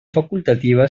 facultativa